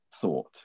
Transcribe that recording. thought